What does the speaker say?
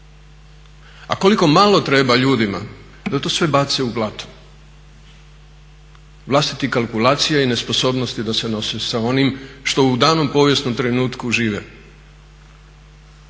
A koliko malo treba ljudima da to sve bace u blato vlastitih kalkulacija i nesposobnosti da se nose sa onim što u danom povijesnom trenutku žive.